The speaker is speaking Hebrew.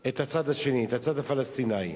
את הצד השני, את הצד הפלסטיני.